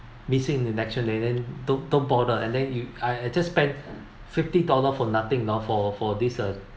missing in action and then don't don't bother and then you I I just spend fifty dollar for nothing you know for for this uh